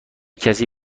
کسی